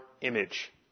image